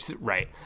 Right